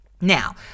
Now